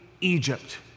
Egypt